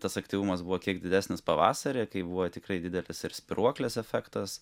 tas aktyvumas buvo kiek didesnis pavasarį kai buvo tikrai didelis ir spyruoklės efektas